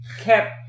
kept